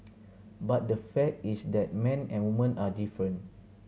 but the fact is that men and women are different